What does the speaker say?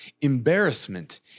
embarrassment